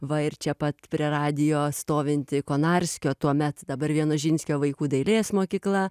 va ir čia pat prie radijo stovinti konarskio tuomet dabar vienožinskio vaikų dailės mokykla